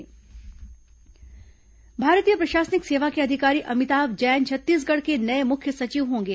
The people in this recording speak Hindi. अमिताभ जैन मुख्य सचिव भारतीय प्रशासनिक सेवा के अधिकारी अमिताभ जैन छत्तीसगढ़ के नये मुख्य सचिव होंगे